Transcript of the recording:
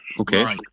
okay